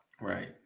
Right